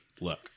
look